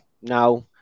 now